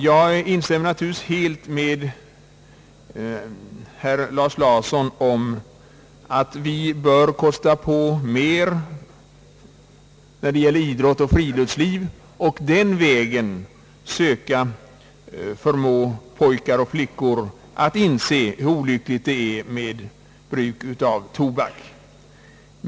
Jag instämmer naturligtvis helt med herr Lars Larsson att vi skall kosta på mera när det gäller idrott och friluftsliv för att den vägen söka förmå pojkar och flickor att inse hur olyckligt det är med bruk av tobak.